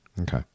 Okay